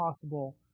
possible